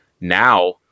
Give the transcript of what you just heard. Now